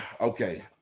Okay